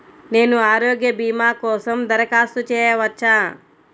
నేను ఆరోగ్య భీమా కోసం దరఖాస్తు చేయవచ్చా?